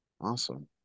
Awesome